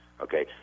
okay